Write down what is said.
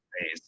face